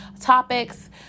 topics